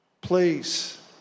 please